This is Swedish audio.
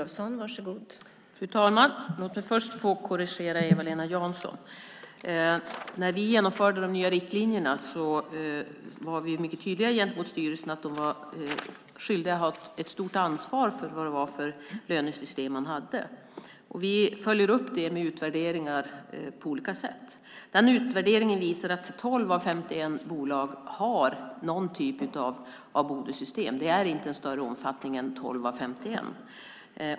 Fru talman! Låt mig först korrigera Eva-Lena Jansson. När vi införde de nya riktlinjerna var vi mycket tydliga gentemot styrelserna att de hade ett stort ansvar för det lönesystem de hade. Vi följer upp det med utvärderingar på olika sätt. En utvärdering visar att 12 av 51 bolag har någon typ av bonussystem - det är inte en större omfattning än 12 av 51.